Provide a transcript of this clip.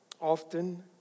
often